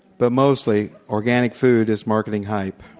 but mostly, or ganic food is marketing hype.